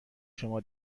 شما